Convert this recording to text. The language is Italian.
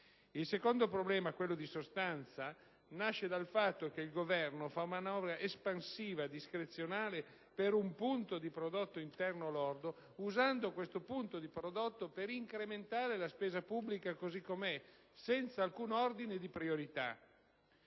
Il secondo problema, quello di sostanza, nasce dal fatto che il Governo fa una manovra espansiva discrezionale per un punto di prodotto interno lordo, usando questo punto per incrementare la spesa pubblica così com'è, senza alcun ordine di priorità.